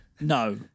no